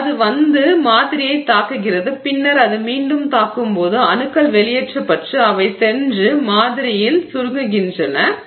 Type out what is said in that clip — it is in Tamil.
அது வந்து பதக்கூறுவை மாதிரியைத் தாக்குகிறது பின்னர் அது மீண்டும் தாக்கும் போது அணுக்கள் வெளியேற்றப்பட்டு அவை சென்று பதக்கூறு மாதிரியில் சுருங்குகின்றன ஒடுங்குகின்றன